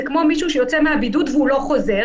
זה כמו מישהו שיוצא מהבידוד והוא לא חוזר,